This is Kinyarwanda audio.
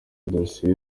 dosiye